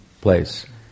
place